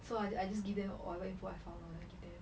so I I just give them whatever input I found lor then